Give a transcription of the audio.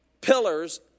pillars